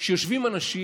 שיושבים אנשים,